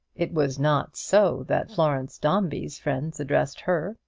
it was not so that florence dombey's friends addressed her.